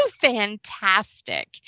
fantastic